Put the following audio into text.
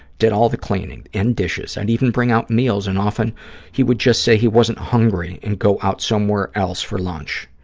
did all the cleaning and dishes. i'd and even bring out meals and often he would just say he wasn't hungry and go out somewhere else for lunch,